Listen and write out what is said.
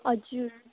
हजुर